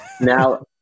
Now